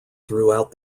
throughout